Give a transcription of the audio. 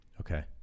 Okay